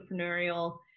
entrepreneurial